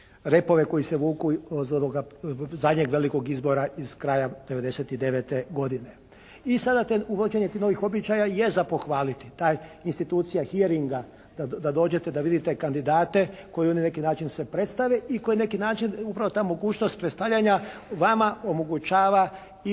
repove koji se vuku od onog zadnjeg velikog izbora iz kraja 99. godine. I sada uvođenje tih novih običaja je za pohvaliti, ta institucija "hiringa" da dođete da vidite kandidate koji na neki način se predstave i koji na neki način upravo ta mogućnost predstavljanja vama omogućava ipak